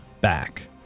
back